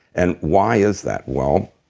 and why is that? well,